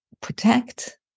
protect